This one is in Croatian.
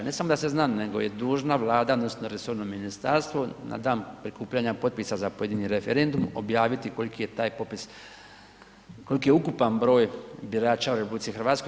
Ne samo da se zna nego je dužna Vlada odnosno resorno ministarstvo na dan prikupljanja potpisa za pojedini referendum objaviti koliki je taj popis koliki je ukupan broj birača u RH.